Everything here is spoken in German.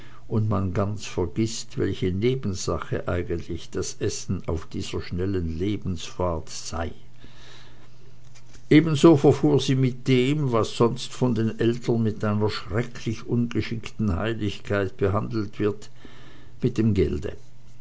und man ganz vergißt welche nebensache eigentlich das essen auf dieser schnellen lebensfahrt sei ebenso verfuhr sie mit dem was sonst von den eltern mit einer schrecklich ungeschickten heiligkeit behandelt wird mit dem gelde